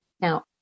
Now